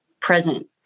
present